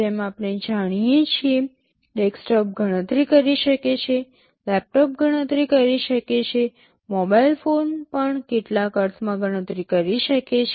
જેમ આપણે જાણીએ છીએ ડેસ્કટોપ ગણતરી કરી શકે છે લેપટોપ ગણતરી કરી શકે છે મોબાઇલ ફોન પણ કેટલાક અર્થમાં ગણતરી કરી શકે છે